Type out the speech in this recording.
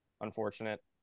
unfortunate